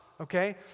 okay